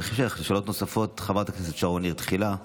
שאלות נוספות, חברת הכנסת שרון ניר תחילה,